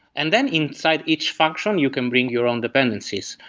and then inside each function, you can bring your own dependencies.